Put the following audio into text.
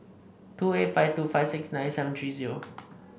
two eight five two five six nine seven three zero